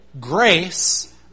grace